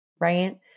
right